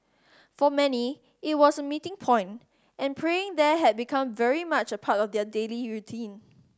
for many it was a meeting point and praying there had become very much a part of their daily routine